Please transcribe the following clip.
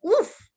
Oof